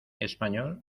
español